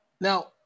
now